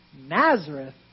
Nazareth